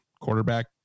quarterback